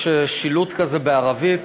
יש שילוט כזה בערבית,